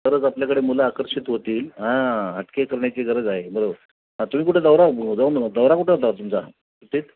तरच आपल्याकडे मुलं आकर्षित होतील हां हटके करण्याची गरज आहे बरोबर तुम्ही कुठे दौरा जाऊ दौरा कुठं होता तुमचा इथेच